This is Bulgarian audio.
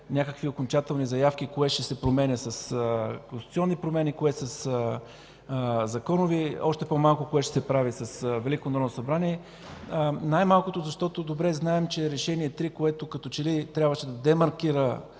някакви окончателни заявки кое ще се променя с конституционни промени, кое – със законови, още по-малко кое ще се прави с Велико народно събрание, най малкото защото добре знаем, че Решение № 3, което като че ли трябваше да демаркира